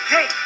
Hey